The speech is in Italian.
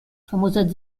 famosa